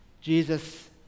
Jesus